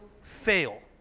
fail